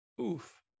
Oof